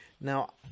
Now